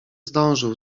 zdążył